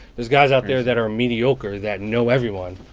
there's guys out there that are mediocre that know everyone.